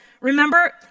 remember